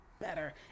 better